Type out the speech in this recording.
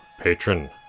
patron